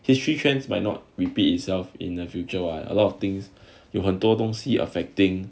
history trends might not repeat itself in the future are a lot of things you 很多东西 affecting